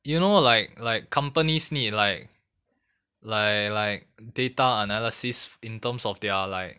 you know like like companies need like like like data analysis in terms of their like